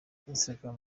instagram